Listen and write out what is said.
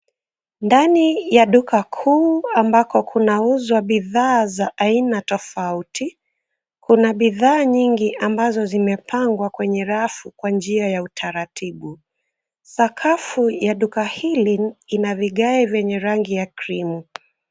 Ndani ya duka kuu ambako kunauzwa bidhaa za aina tofauti. Kuna bidhaa nyingi ambazo zimepangwa kwenye rafu kwa njia ya utaratibu. Sakafu ya duka hili ina vigae vyenye rangi ya krimu.